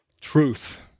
Truth